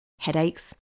headaches